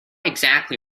exactly